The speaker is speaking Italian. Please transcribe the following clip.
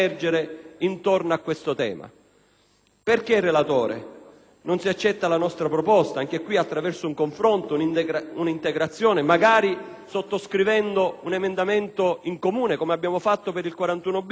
Perché, relatore, non accettare la nostra proposta, attraverso un confronto, un'integrazione, e magari sottoscrivendo un emendamento in comune, come abbiamo fatto per il 41-*bis*, sul conto dedicato,